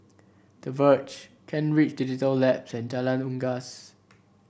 The Verge Kent Ridge Digital Labs and Jalan Unggas